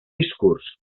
discurs